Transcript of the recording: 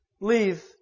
leave